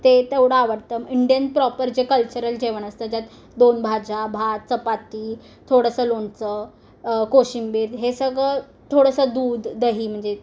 ते तेवढं आवडतं इंडियन प्रॉपर जे कल्चरल जेवण असतं ज्यात दोन भाज्या भात चपाती थोडंसं लोणचं कोशिंबीर हे सगळं थोडंसं दूध दही म्हणजे